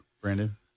Brandon